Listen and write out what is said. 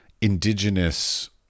indigenous